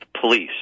police